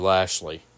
Lashley